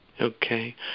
Okay